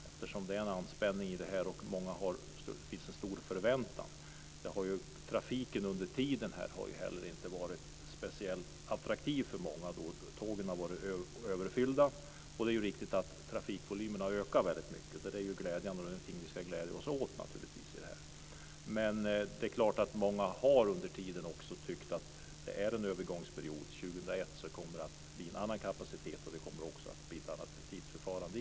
Eftersom det är en anspänning i det här och det finns en stor förväntan kan man väl säga att trafiken under tiden inte heller har varit speciellt attraktiv för många. Tågen har varit överfyllda, och det är riktigt att trafikvolymen har ökat väldigt mycket. Det är någonting vi ska glädja oss åt naturligtvis, men det är klart att många under den här tiden också har tyckt att det har varit en övergångsperiod. År 2001 kommer det att bli en annan kapacitet och det kommer också att bli ett annat tidsförfarande.